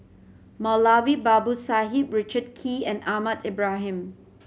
Moulavi Babu Sahib Richard Kee and Ahmad Ibrahim